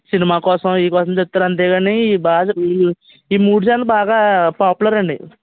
cinema కోసం ఈ కోసం తీస్తారు అంతే కాని బాగా ఈ మూడు ఛానెళ్లు బాగా పాపులర్ అండి